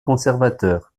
conservateur